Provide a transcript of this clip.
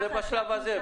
זה בשלב הזה.